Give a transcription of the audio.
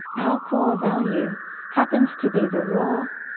our core value happens to be the raw,